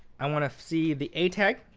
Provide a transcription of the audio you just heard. i want to see the a tag,